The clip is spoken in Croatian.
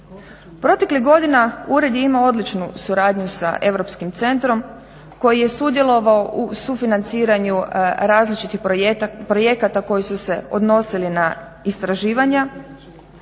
Proteklih godina ured je imao odličnu suradnju sa Europskim centrom koji je sudjelovao u sufinanciranju različitih projekata koji su se odnosili na istraživanja,